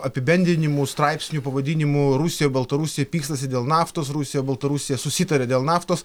apibendrinimų straipsnių pavadinimų rusija baltarusi pykstasi dėl naftos rusija baltarusija susitarė dėl naftos